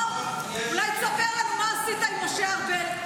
או, אולי תספר לנו מה עשית עם משה ארבל.